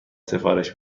سفارش